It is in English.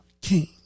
king